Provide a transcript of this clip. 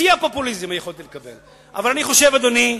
שיא הפופוליזם, יכולתי לקבל, אבל אני חושב, אדוני,